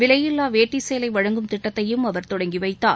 விலையில்லா வேட்டி சேலை வழங்கும் திட்டத்தையும் அவர் தொடங்கி வைத்தார்